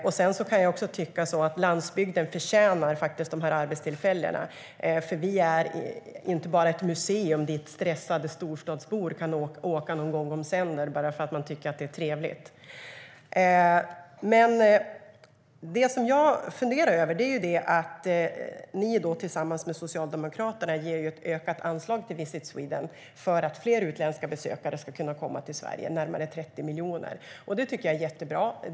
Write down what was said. Och jag kan tycka att landsbygden förtjänar de här arbetstillfällena. Landsbygden är inte bara ett museum dit stressade storstadsbor kan åka någon gång om sänder bara för att det är trevligt. Det är jättebra att Miljöpartiet, tillsammans med Socialdemokraterna, ger ett ökat anslag, närmare 30 miljoner, till Visit Sweden för att fler utländska besökare ska kunna komma till Sverige.